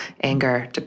anger